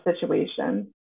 situation